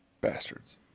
Bastards